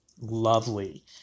lovely